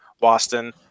Boston